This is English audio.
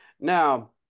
now